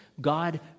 God